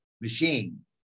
machine